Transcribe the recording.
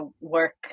work